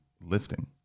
lifting